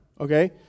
okay